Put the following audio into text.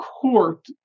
court